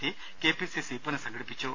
ടുത്തി K P C C പുനഃസംഘടിപ്പിച്ചു